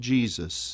Jesus